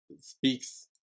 speaks